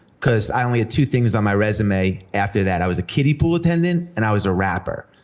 cause i only had two things on my resume after that. i was a kiddie pool attendant and i was a rapper.